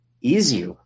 easier